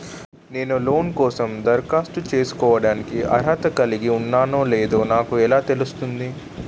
నేను లోన్ కోసం దరఖాస్తు చేసుకోవడానికి అర్హత కలిగి ఉన్నానో లేదో నాకు ఎలా తెలుస్తుంది?